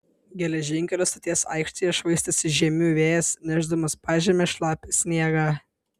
geležinkelio stoties aikštėje švaistėsi žiemių vėjas nešdamas pažeme šlapią sniegą